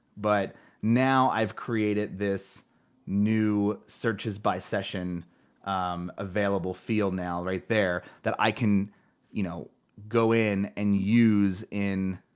but now i've created this new searches by session available field now right there, that i can you know go in and use in,